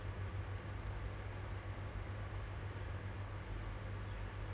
I have many cases where I was followed back home like from my house kan